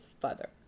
further